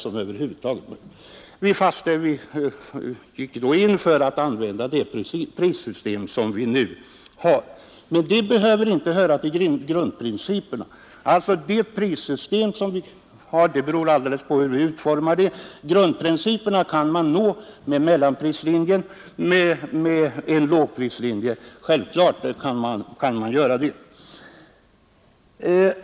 Och för att uppnå detta gick vi in för det prissystem som vi nu har men som inte behöver höra till grundprinciperna. Det beror alldeles på hur vi utformar systemet. Grundprinciperna kan man självfallet uppfylla med såväl en mellanprislinje som med en lågprislinje.